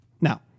Now